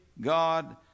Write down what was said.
God